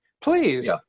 Please